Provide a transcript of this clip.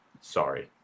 Sorry